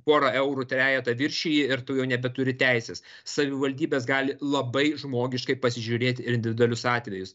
pora eurų trejeta viršiji ir tu jau nebeturi teisės savivaldybės gali labai žmogiškai pasižiūrėti ir individualius atvejus